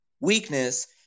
weakness